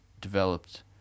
developed